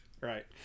Right